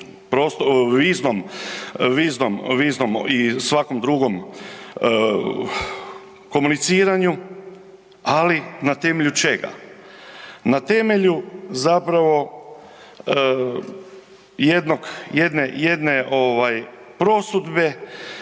viznom i svakom drugom komuniciranju, ali na temelju čega? Na temelju zapravo jednog, jedne